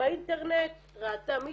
ראתה באינטרנט מישהו,